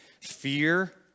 Fear